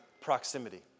proximity